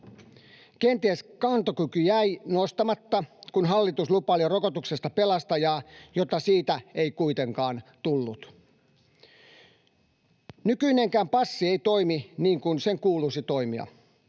Kenties kantokyky jäi nostamatta, kun hallitus lupaili jo rokotuksesta pelastajaa, jota siitä ei kuitenkaan tullut. Nykyinenkään passi ei toimi niin kuin sen kuuluisi toimia.